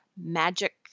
magic